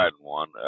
one